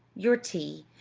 your tea,